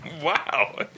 Wow